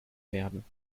werden